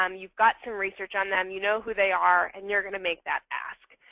um you've got some research on them. you know who they are. and you're going to make that ask.